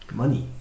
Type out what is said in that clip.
money